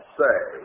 say